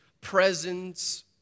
presence